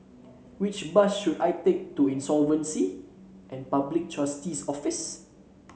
which bus should I take to Insolvency and Public Trustee's Office